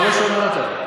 אבל אני לא שומע אותה.